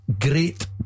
great